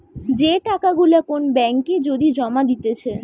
যে টাকা গুলা কোন ব্যাঙ্ক এ যদি জমা দিতেছে